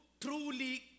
truly